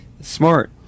smart